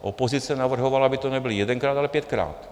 Opozice navrhovala, aby to nebylo jedenkrát, ale pětkrát.